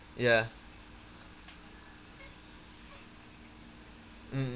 ya mm